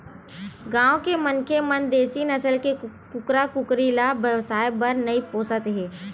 गाँव के मनखे मन देसी नसल के कुकरा कुकरी ल बेवसाय बर नइ पोसत हे